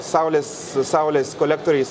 saulės saulės kolektoriais